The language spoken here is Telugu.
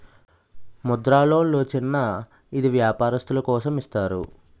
ముద్ర లోన్లు చిన్న ఈది వ్యాపారస్తులు కోసం ఇస్తారు